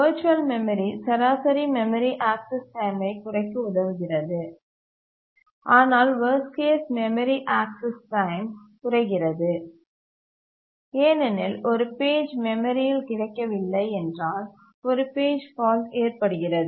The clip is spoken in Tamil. வர்ச்சுவல் மெமரி சராசரி மெமரி ஆக்சஸ் டைமைகுறைக்க உதவுகிறது ஆனால் worst case memory access time குறைகிறது ஏனெனில் ஒரு பேஜ் மெமரியில் கிடைக்கவில்லை என்றால் ஒரு பேஜ் ஃபால்ட் ஏற்படுகிறது